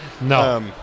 No